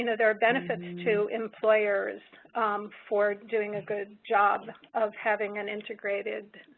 you know there are benefits to employers for doing a good job of having an integrated,